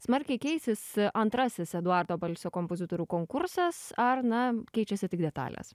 smarkiai keisis antrasis eduardo balsio kompozitorių konkursas ar na keičiasi tik detalės